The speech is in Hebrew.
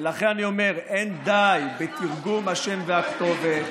ולכן אני אומר שאין די בתרגום השם והכתובת,